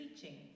teaching